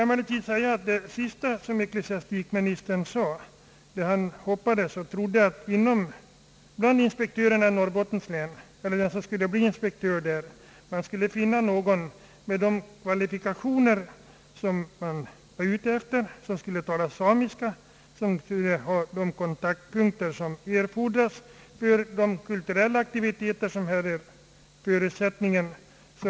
Ecklesiastikministern hoppades och trodde att man för den lediga inspektörsbefattningen i Norrbottens län skulle kunna finna någon person med de kvalifikationer som man önskade. Han skulle tala samiska, och han skulle ha sådana kontaktpunkter som erfordras för de kulturella aktiviteter som han förutsätts skola bedriva.